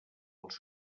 els